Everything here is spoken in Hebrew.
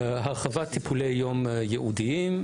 הרחבת טיפולי יום ייעודיים,